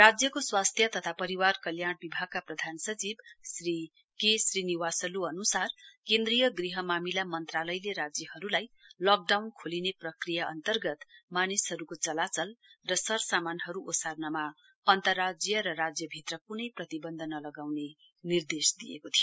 राज्यको स्वास्थ्य तथा परिवार कल्याण विभागका प्रधान सचिव श्री के श्रीनिवासल् अन्सार केन्द्रीय गृह मामिला मन्त्रालयले राज्यहरूलाई लकडाउन खोलिने प्रक्रिया अन्तर्गत मानिसहरूको चलाचल र सरसामानहरू ओसार्नमा अन्तर्राज्य र राज्यभित्र क्नै प्रतिवन्ध नलगाउने निर्देश दिएको थियो